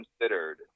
considered